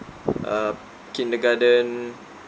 uh kindergarten